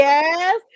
Yes